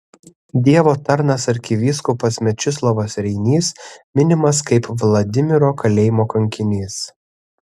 dievo tarnas arkivyskupas mečislovas reinys minimas kaip vladimiro kalėjimo kankinys